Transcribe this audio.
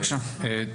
בבקשה.